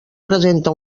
presenta